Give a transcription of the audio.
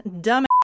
dumb